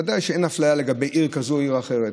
ודאי שאין אפליה לגבי עיר כזאת או עיר אחרת.